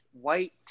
white